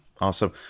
Awesome